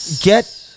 get